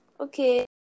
Okay